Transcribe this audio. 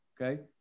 okay